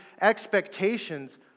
expectations